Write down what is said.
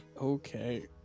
Okay